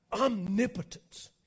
Omnipotence